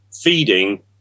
feeding